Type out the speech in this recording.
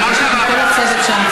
אני מבקשת מכל הצוות שם,